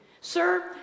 Sir